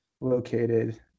located